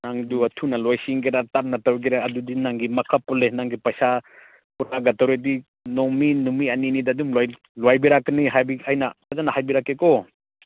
ꯅꯪꯗꯨꯒ ꯊꯨꯅ ꯂꯣꯁꯤꯟꯒꯦꯔꯥ ꯇꯞꯅ ꯇꯧꯒꯦꯔꯥ ꯑꯗꯨꯗꯤ ꯅꯪꯒꯤ ꯃꯈꯥ ꯄꯣꯜꯂꯦ ꯅꯪꯒꯤ ꯄꯩꯁꯥ ꯇꯧꯔꯗꯤ ꯅꯨꯃꯤꯠ ꯑꯅꯤꯅꯤꯗ ꯑꯗꯨꯝ ꯂꯣꯏꯕꯤꯔꯛꯀꯅꯤ ꯍꯥꯏꯕꯤ ꯑꯩꯅ ꯐꯖꯅ ꯍꯥꯏꯕꯤꯔꯛꯀꯦꯀꯣ